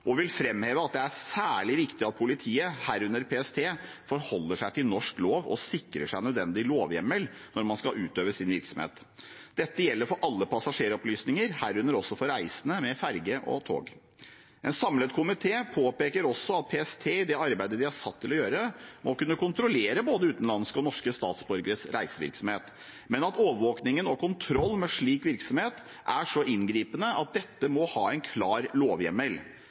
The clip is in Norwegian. og vil framheve at det er særlig viktig at politiet, herunder PST, forholder seg til norsk lov og sikrer seg nødvendig lovhjemmel når man skal utøve sin virksomhet. Dette gjelder for alle passasjeropplysninger, herunder også for reisende med ferge og tog. En samlet komité påpeker også at PST, i det arbeidet de er satt til å gjøre, må kunne kontrollere både utenlandske og norske statsborgeres reisevirksomhet, men at overvåking og kontroll med slik reisevirksomhet er så inngripende at dette må ha en klar lovhjemmel.